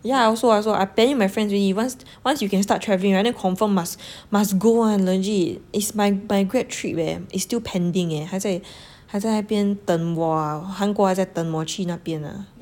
yeah I also I also I planning with my friends already once once you can start travelling hor then confirm must must go [one] legit it's my my grad trip eh it's still pending eh 还在那边等我 ah 韩国还在等我去那边 ah